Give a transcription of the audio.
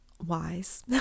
wise